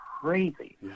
crazy